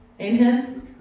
Amen